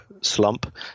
slump